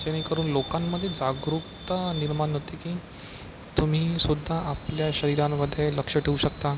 जेणेकरून लोकांमध्ये जागरूकता निर्माण होते की तुम्हीसुद्धा आपल्या शरीरांमध्ये लक्ष ठेवू शकता